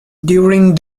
during